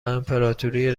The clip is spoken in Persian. امپراتوری